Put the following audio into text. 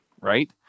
right